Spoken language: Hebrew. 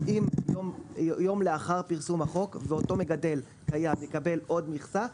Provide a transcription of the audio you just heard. יום לאחר פרסום החוק ואותו מגדל היה מקבל עוד מכסה,